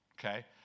Okay